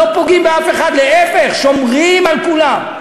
לא פוגעים באף אחד, להפך, שומרים על כולם.